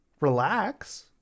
Relax